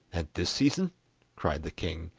at this season cried the king,